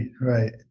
right